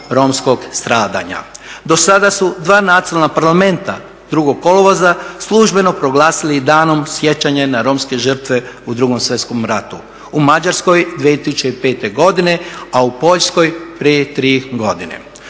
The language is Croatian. romskog stradanja. Do sada su dva nacionalna Parlamenta 2. kolovoza službeno proglasili i danom sjećanja na romske žrtve u Drugom svjetskom ratu u Mađarskoj 2005. godine, a u Poljskoj prije tri godine.